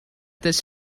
this